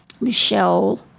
Michelle